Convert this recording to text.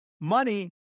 money